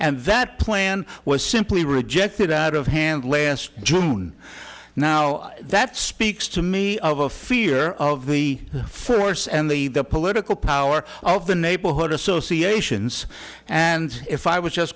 and that plan was simply rejected out of hand last june now that speaks to me of a fear of the first and the the political power all of the neighborhood associations and if i was just